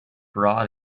brought